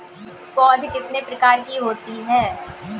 पौध कितने प्रकार की होती हैं?